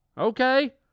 Okay